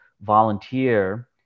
volunteer